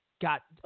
got